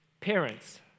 parents